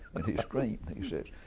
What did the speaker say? and he screamed. he says,